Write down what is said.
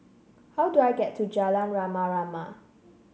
how do I get to Jalan Rama Rama